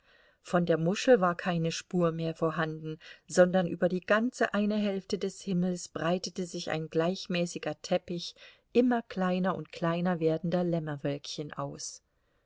von der muschel war keine spur mehr vorhanden sondern über die ganze eine hälfte des himmels breitete sich ein gleichmäßiger teppich immer kleiner und kleiner werdender lämmerwölkchen aus